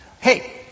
Hey